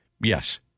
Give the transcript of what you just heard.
yes